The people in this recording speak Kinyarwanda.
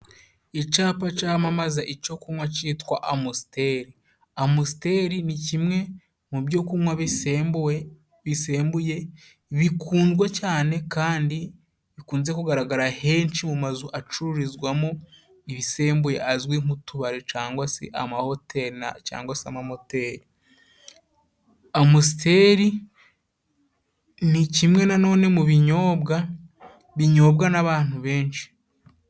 Icapa camamaza ico kunywa citwa amositeri . Amositeri ni kimwe mu byo kunywa bisembuwe，bisembuye，bikundwa cyane kandi bikunze kugaragara henshi mu mazu acururizwamo ibisembuye， azwi nk'utubari cangwa se ama Hoteri cangwa se ama Moteri. Amositeri ni kimwe na none mu binyobwa binyobwa n'abantu benshi.